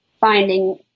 finding